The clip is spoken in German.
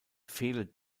fehlen